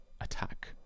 attack